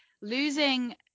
losing